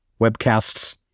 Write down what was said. webcasts